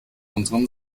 unserem